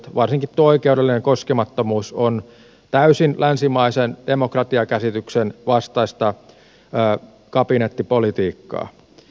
varsinkin tuo oikeudellinen koskemattomuus on täysin länsimaisen demokratiakäsityksen vastaista kabinettipolitiikkaa